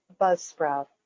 Buzzsprout